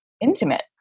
intimate